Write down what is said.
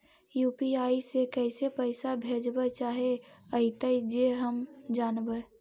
UPI से कैसे पैसा भेजबय चाहें अइतय जे हम जानबय?